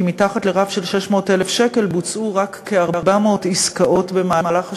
כי מתחת לרף של 600,000 שקל בוצעו רק כ-400 עסקאות במהלך השנה,